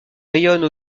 rayonnent